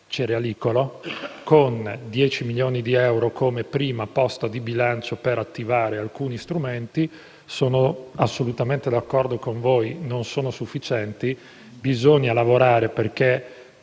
cerealicolo con 10 milioni di euro come prima posta di bilancio per attivare alcuni strumenti. Sono assolutamente d'accordo con voi che non sono sufficienti, ma bisogna lavorare affinché